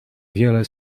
wiele